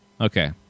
Okay